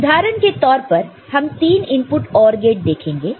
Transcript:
उदाहरण के तौर पर हम 3 इनपुट OR गेट देखेंगे